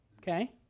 Okay